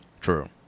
True